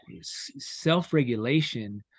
self-regulation